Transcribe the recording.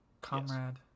comrade